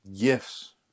gifts